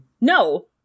No